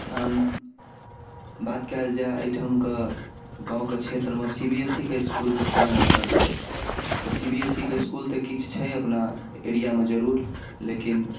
तहन बात कएल जाए एहिठामके गामके क्षेत्रमे सी बी एस सी के इसकुलके केहन अस्तर छै तऽ सी बी एस सी के इसकुल तऽ किछु छै अपना एरियामे जरूर लेकिन